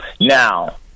now